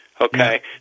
okay